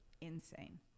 insane